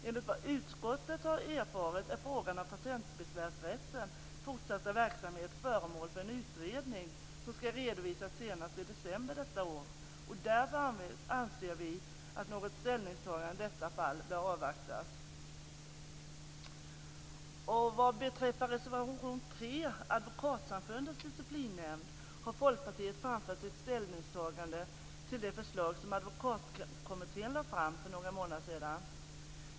Enligt vad utskottet har erfarit är frågan om Patentbesvärsrättens fortsatta verksamhet föremål för en utredning som ska redovisas senast i december detta år. Därför anser vi att något ställningstagande i detta fall bör avvaktas. Vad beträffar reservation 3, Advokatsamfundets disciplinnämnd, har Folkpartiet framfört sitt ställningstagande till det förslag som Advokatkommittén lade fram för några månader sedan.